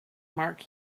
mark